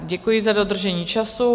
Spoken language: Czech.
Děkuji za dodržení času.